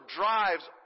drives